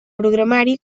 programari